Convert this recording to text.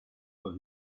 will